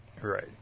Right